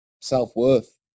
self-worth